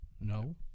No